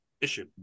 issue